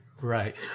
right